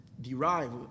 derive